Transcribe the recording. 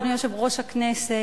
אדוני יושב-ראש הכנסת,